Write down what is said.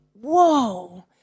whoa